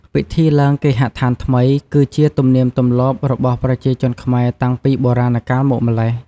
ពិធីឡើងគេហដ្ឋានថ្មី គឺជាទំនៀមទម្លាប់របស់ប្រជាជនខ្មែរតាំងពីបុរាណកាលមកម្ល៉េះ។